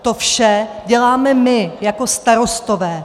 To vše děláme my jako starostové.